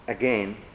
Again